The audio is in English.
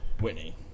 Whitney